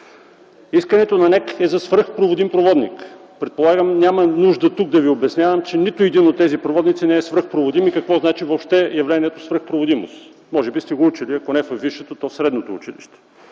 Искането на НЕК е за свръхпроводим проводник. Предполагам, няма нужда тук да Ви обяснявам, че нито един от тези проводници не е свръхпроводим и какво изобщо означава явлението „свръхпроводимост”, може би сте го учили, ако не във висшето, то поне в средното училище.